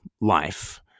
life